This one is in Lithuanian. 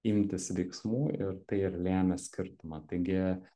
imtis veiksmų ir ir lėmė skirtumą taigi